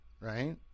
right